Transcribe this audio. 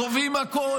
הם קובעים הכול,